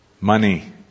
money